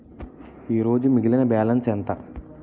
ఈరోజు మిగిలిన బ్యాలెన్స్ ఎంత?